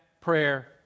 prayer